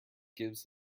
gives